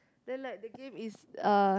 then like the game is like